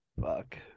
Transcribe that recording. fuck